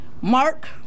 Mark